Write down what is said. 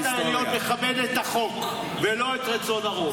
בית המשפט העליון מכבד את החוק, לא את רצון הרוב.